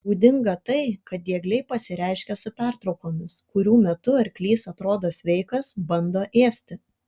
būdinga tai kad diegliai pasireiškia su pertraukomis kurių metu arklys atrodo sveikas bando ėsti